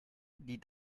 die